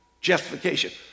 justification